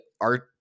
art